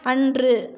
அன்று